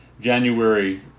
January